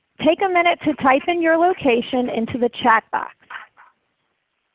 take a minute to type in your location into the chat box